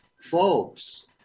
folks